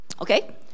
Okay